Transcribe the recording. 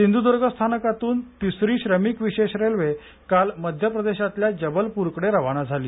सिंधुद्र्ग स्थानकातून तिसरी श्रमिक विशेष रेल्वे काल मध्यप्रदेशातल्या जबलप्रकडे रवाना झाली